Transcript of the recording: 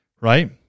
right